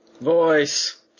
Voice